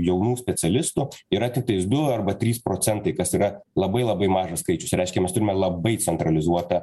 jaunų specialistų yra tiktais du arba trys procentai kas yra labai labai mažas skaičius reiškia mes turime labai centralizuotą